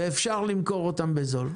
ואפשר למכור אותן בזול.